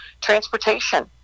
transportation